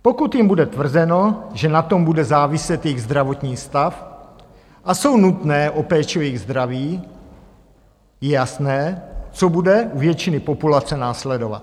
Pokud jim bude tvrzeno, že na tom bude záviset jejich zdravotní stav a jsou nutné k péči o jejich zdraví, je jasné, co bude u většiny populace následovat.